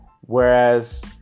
Whereas